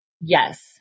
Yes